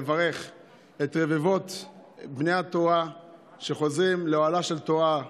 לברך את רבבות בני התורה שחוזרים לאוהלה של תורה,